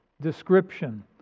description